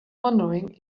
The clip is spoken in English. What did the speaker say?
wondering